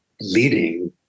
leading